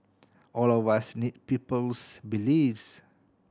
all of us need people's beliefs